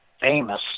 famous